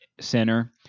center